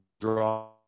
draw